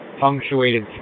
punctuated